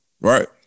right